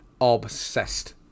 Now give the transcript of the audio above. obsessed